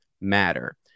matter